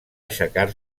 aixecar